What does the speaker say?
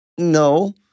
No